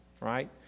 right